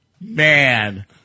man